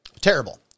Terrible